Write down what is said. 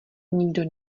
nikdo